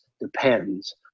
depends